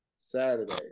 Saturday